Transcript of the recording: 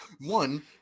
one